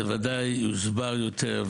זה וודאי יוסבר יותר,